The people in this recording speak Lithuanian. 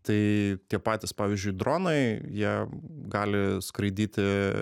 tai tie patys pavyzdžiui dronai jie gali skraidyti